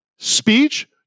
speech